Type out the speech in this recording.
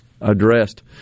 addressed